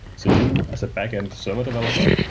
so you, as a backend server developer,